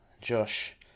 Josh